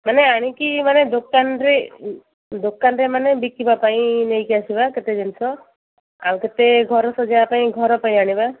ମାନେ ଆଣିକି ମାନେ ଦୋକାନ ରେ ଦୋକାନ ରେ ମାନେ ବିକିବା ପାଇଁ ନେଇକି ଆସିବା କେତେ ଜିନିଷ ଆଉ କେତେ ଘର ସଜେଇବା ପାଇଁ ଘର ପାଇଁ ଆଣିବା